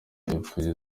ipfuye